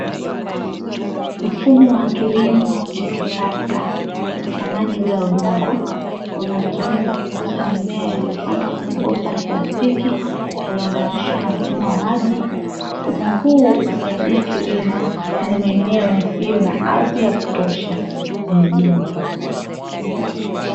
Mfumo wa kilimo cha kisasa cha maji bila udongo, unatumika kukuza mimea iliyopandwa kwenye bomba ya plastiki yalounganishwa na mfumo wa maji. Mfumo huu husaidia kilimo, kwenye maeneo yasiyo na ardhi ya kutosha mijini.